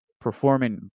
performing